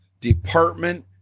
department